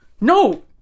No